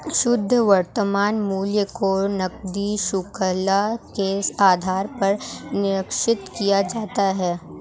शुद्ध वर्तमान मूल्य को नकदी शृंखला के आधार पर निश्चित किया जाता है